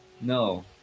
No